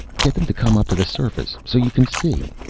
get them to come up to the surface. so you can see.